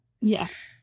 Yes